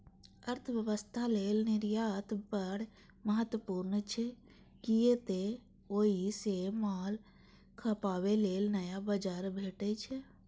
अर्थव्यवस्था लेल निर्यात बड़ महत्वपूर्ण छै, कियै तं ओइ सं माल खपाबे लेल नया बाजार भेटै छै